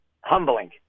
humbling